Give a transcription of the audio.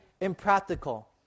impractical